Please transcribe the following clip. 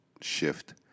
shift